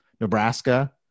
Nebraska